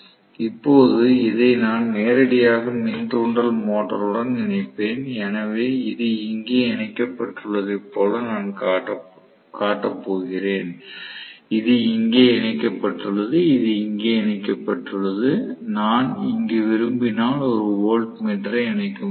இப்போது இதை நான் நேரடியாக மின் தூண்டல் மோட்டருடன் இணைப்பேன் எனவே இது இங்கே இணைக்கப்பட்டுள்ளதைப் போல நான் காட்டப் போகிறேன் இது இங்கே இணைக்கப்பட்டுள்ளது இது இங்கே இணைக்கப்பட்டுள்ளது நான் இங்கு விரும்பினால் ஒரு வோல்ட்மீட்டரை இணைக்க முடியும்